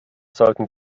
sollten